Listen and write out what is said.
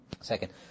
Second